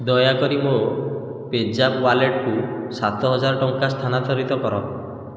ଦୟାକରି ମୋ ପେଜାପ୍ ୱାଲେଟ୍କୁ ସାତ ହଜାର ଟଙ୍କା ସ୍ଥାନାନ୍ତରିତ କର